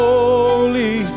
Holy